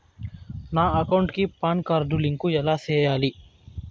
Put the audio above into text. నా అకౌంట్ కి PAN card link ఎలా సేయాలి